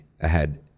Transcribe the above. ahead